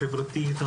החברתית,